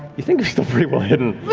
you think you're still pretty well hidden.